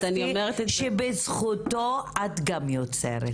שבזכותו את גם יוצרת.